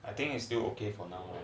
I think it's still okay for now